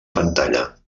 pantalla